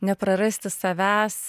neprarasti savęs